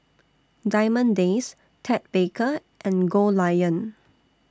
Diamond Days Ted Baker and Goldlion